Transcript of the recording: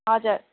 हजुर